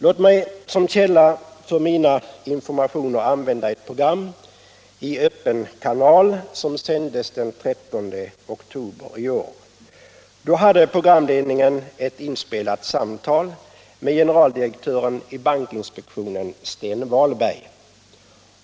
Låt mig som källa för mina informationer använda ett program i Öppen kanal, som sändes den 13 oktober i år. Då hade programledningen ett inspelat samtal med generaldirektören i bankinspektionen, Sten Wahlberg.